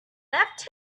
left